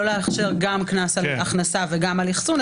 לא לאפשר גם קנס על הכנסה וגם על אחסון,